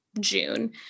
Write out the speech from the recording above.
June